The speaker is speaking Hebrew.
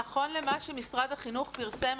נכון למה שמשרד החינוך פרסם,